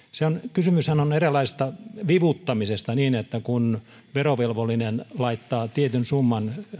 kysymyshän on eräänlaisesta vivuttamisesta niin että kun verovelvollinen laittaa tietyn summan